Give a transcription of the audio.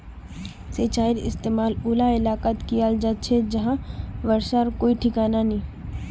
सिंचाईर इस्तेमाल उला इलाकात कियाल जा छे जहां बर्षार कोई ठिकाना नी